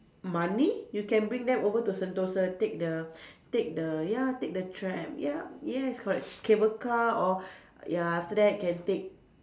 money you can bring them over to Sentosa take the take the ya take the tram yup yes correct cable car or ya after that can take